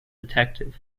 detective